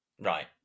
Right